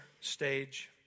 stage